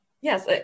yes